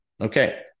Okay